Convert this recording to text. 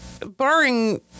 barring